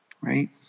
Right